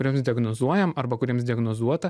kuriems diagnozuojama arba kuriems diagnozuota